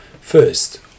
First